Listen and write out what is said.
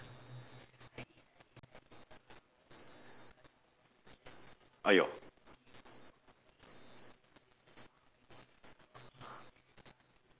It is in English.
!aiyo!